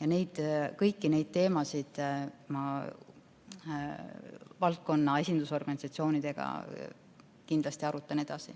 Ja kõiki neid teemasid ma valdkonna esindusorganisatsioonidega kindlasti arutan edasi.